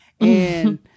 and-